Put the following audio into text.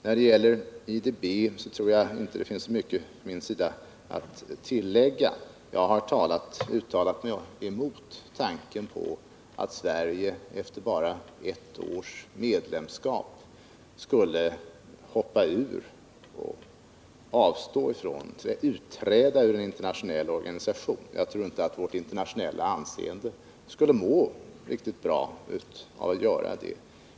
När det gäller IDB tror jag inte att det finns mycket att tillägga från min sida. Jag har uttalat mig emot tanken på att Sverige efter bara ett års medlemskap skulle utträda ur en internationell organisation. Jag tror inte att vårt internationella anseende skulle må riktigt bra av att vi gjorde det.